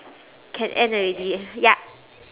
can end already yup